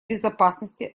безопасности